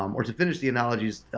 um or to finish the analogy,